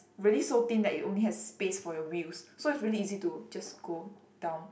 really so thin that you only has space for your wheels so it's really easy to just go down